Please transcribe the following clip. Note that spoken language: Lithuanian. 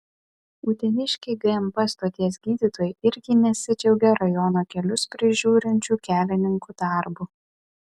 uteniškiai gmp stoties gydytojai irgi nesidžiaugia rajono kelius prižiūrinčių kelininkų darbu